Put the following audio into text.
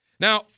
Now